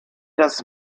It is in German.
das